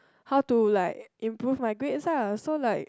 how to like improve my grades lah so like